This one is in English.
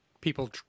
people